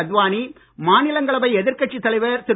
அத்வானி மாநிலங்களவை எதிர்கட்சித் தலைவர் திரு